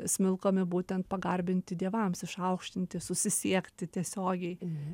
smilkomi būtent pagarbinti dievams išaukštinti susisiekti tiesiogiai